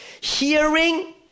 Hearing